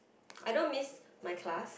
I don't miss my class